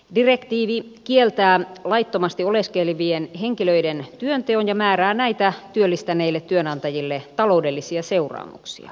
direktiivi kieltää laittomasti oleskelevien henkilöiden työnteon ja määrää näitä työllistäneille työnantajille taloudellisia seuraamuksia